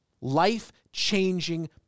life-changing